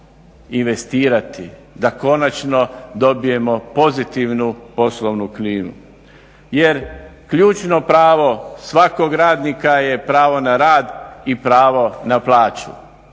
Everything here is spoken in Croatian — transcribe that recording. da konačno dobijemo pozitivnu poslovnu klimu. Jer ključno pravo svakog radnika je pravo na rad i pravo na plaću.